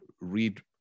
read